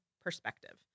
perspective